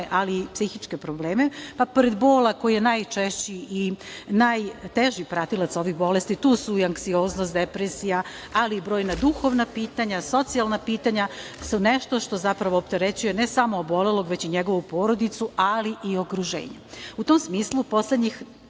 ali i psihičke probleme, pa pored bola koji je najčešći i najteži pratilac ovih bolesti, tu su i anksioznost, depresija, ali i brojna duhovna pitanja, socijalna pitanja su nešto što zapravo opterećuje ne samo obolelog, već i njegovu porodicu, ali i okruženje.U